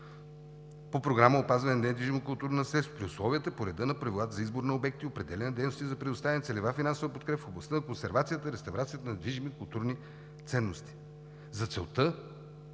по Програма „Опазване на недвижимо културно наследство“ при условията и реда на правилата за избор на обекти, определяне дейности за предоставяне на целева финансова подкрепа в областта на консервацията, реставрацията на движими културни ценности. За целта